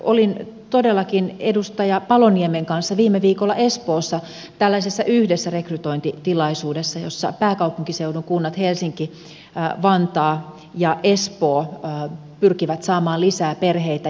olin todellakin edustaja paloniemen kanssa viime viikolla espoossa tällaisessa yhdessä rekrytointitilaisuudessa jossa pääkaupunkiseudun kunnat helsinki vantaa ja espoo pyrkivät saamaan lisää perheitä